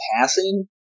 passing